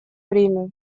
время